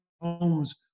homes